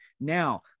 Now